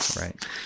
Right